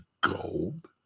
gold